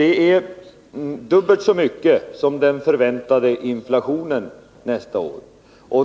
Det är dubbelt så mycket som den förväntade inflationen nästa år.